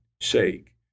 shake